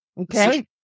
Okay